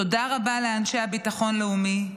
תודה רבה לאנשי הביטחון הלאומי.